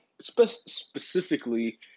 specifically